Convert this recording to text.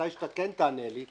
מתי שאתה כן תשיב לי,